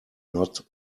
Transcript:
not